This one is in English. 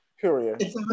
Period